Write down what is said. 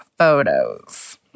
Photos